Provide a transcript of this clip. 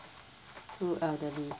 two elderly